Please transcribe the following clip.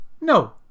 no